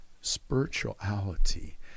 Spirituality